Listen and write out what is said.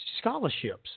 scholarships